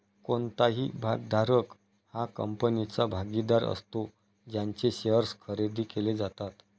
कोणताही भागधारक हा कंपनीचा भागीदार असतो ज्यांचे शेअर्स खरेदी केले जातात